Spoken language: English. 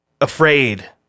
afraid